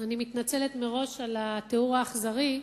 אני מתנצלת מראש על התיאור האכזרי,